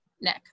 nick